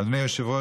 אדוני היושב-ראש,